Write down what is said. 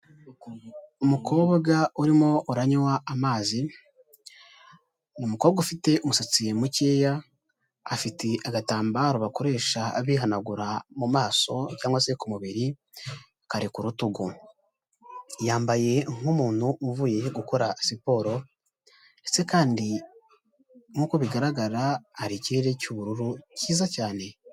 Umukobwa urimo uranywa amazi, umukobwa ufite umusatsi mukeya afite agatambaro bakoresha bihanagura mu maso cyangwa se ku mubiri kari kurutugu. Yambaye nk'umuntu uvuye gukora siporo, ndetse kandi nk'uko bigaragara hari ikirere cy'ubururu cyiza cyane.